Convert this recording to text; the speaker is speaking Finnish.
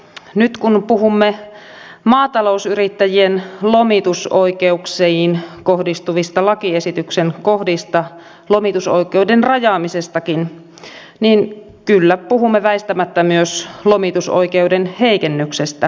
nyt kun puhumme maatalousyrittäjien lomitusoikeuksiin kohdistuvista lakiesityksen kohdista lomitusoikeuden rajaamisestakin niin kyllä puhumme väistämättä myös lomitusoikeuden heikennyksestä joiltakin osin